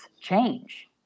change